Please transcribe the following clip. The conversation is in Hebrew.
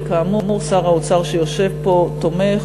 כאמור, שר האוצר, שיושב פה, תומך,